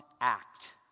act